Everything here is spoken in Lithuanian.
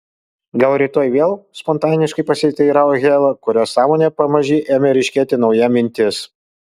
gal rytoj vėl spontaniškai pasiteiravo hela kurios sąmonėje pamaži ėmė ryškėti nauja mintis